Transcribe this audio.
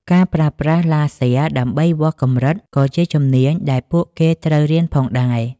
ការប្រើប្រាស់ឡាស៊ែរដើម្បីវាស់កម្រិតក៏ជាជំនាញដែលពួកគេត្រូវរៀនផងដែរ។